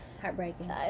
heartbreaking